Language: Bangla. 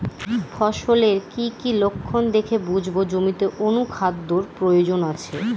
ফসলের কি কি লক্ষণ দেখে বুঝব জমিতে অনুখাদ্যের প্রয়োজন আছে?